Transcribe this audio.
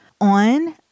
on